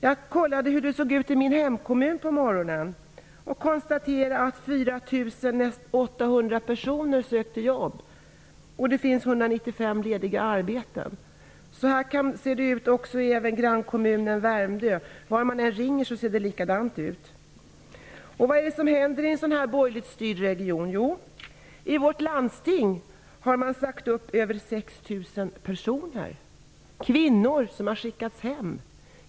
Jag kollade på morgonen hur det såg ut i min hemkommun och konstaterade att 4 800 personer sökte jobb. Det finns 195 lediga arbeten. Så här ser det även ut i grannkommunen Värmdö. Vart man än ringer ser det likadant ut. Vad händer i en sådan här borgerligt styrd region? Jo, i vårt landsting har man sagt upp över 6 000 personer. Kvinnor har skickats hem.